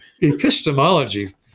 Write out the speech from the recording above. Epistemology